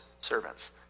servants